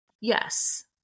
Yes